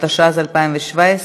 התשע"ז 2017,